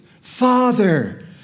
Father